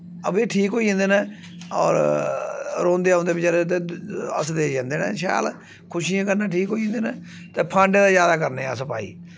अजें बी ठीक होई जन्दे न होर रोंदे औंदे बेचारे ते हसदे जन्दे न शैल खुशियें कन्नै ठीक होई जन्दे न ते फांडे ते ज्यादा करने न अस भाई